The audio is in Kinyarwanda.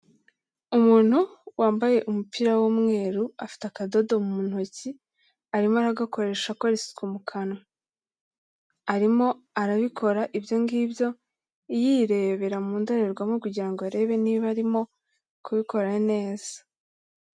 Umuntu wambaye umupira w'umweru afite akadodo mu ntoki arimo aragakoresha akora isuku mu kanwa. Arimo arabikora ibyo ngibyo yirebera mu ndorerwamo kugira ngo arebe niba arimo kubikora neza.